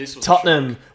Tottenham